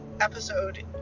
episode